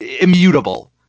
immutable